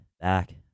back